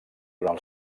durant